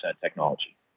technology